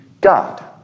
God